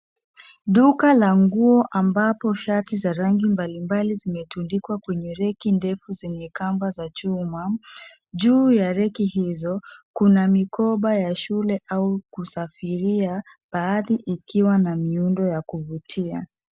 Duka la nguo ambapo shati za rangi mbalimbali zimetundkwa kwenye reki ndefu zenye kamba za chuma. Juu ya reki hizo, kuna mikoba ya shule au kusafiria, baadhi ikiwa na miundo ya kuvutia.